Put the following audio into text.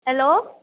hello